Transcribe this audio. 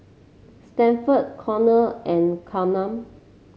Stanford Conor and Kareem